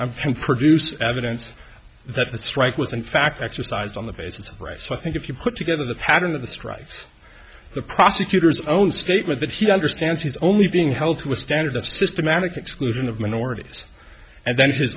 can produce evidence that the strike was in fact exercised on the basis of right so i think if you put together the pattern of the strife the prosecutor's own statement that he understands he's only being held to a standard of systematic exclusion of minorities and then his